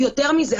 יותר מזה,